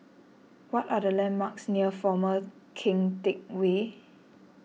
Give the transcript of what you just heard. what are the landmarks near former Keng Teck Whay